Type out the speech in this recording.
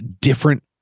different